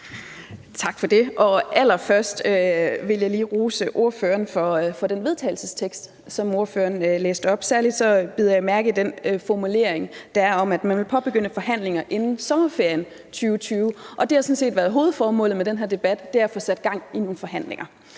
Tak for det. Allerførst vil jeg lige rose ordføreren for det forslag til vedtagelse, som ordføreren læste op. Særlig bider jeg mærke i den formulering, der er om, at man vil påbegynde forhandlinger inden sommerferien 2020. Det har sådan set været hovedformålet med den her debat at få sat gang i nogle forhandlinger,